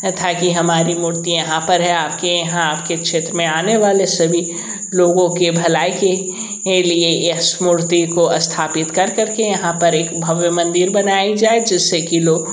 था कि हमारी मूर्ति यहाँ पर है आपके यहाँ आपके क्षेत्र में आने वाले सभी लोगों के भलाई के लिए इस मूर्ति को स्थापित कर करके यहाँ पर एक भव्य मंदिर बनाई जाए जिससे कि लो